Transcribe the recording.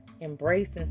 embracing